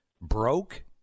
broke